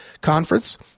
Conference